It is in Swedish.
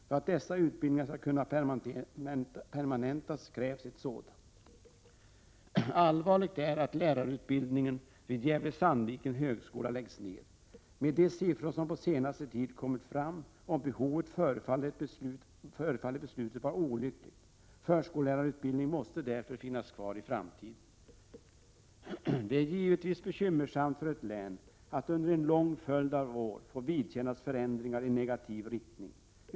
För att dessa utbildningar skall kunna permanentas krävs ett sådant. Det är allvarligt att lärarutbildningen vid högskolan i Gävle/Sandviken läggs ner. Med de siffror som på senare tid kommit fram om behovet förefaller beslutet vara olyckligt. Förskollärarutbildningen måste därför finnas kvar i framtiden. Det är givetvis bekymmersamt för ett län att under en lång följd av år få vidkännas förändringar i negativ riktning.